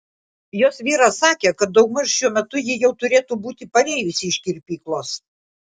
jos vyras sakė kad daugmaž šiuo metu ji jau turėtų būti parėjusi iš kirpyklos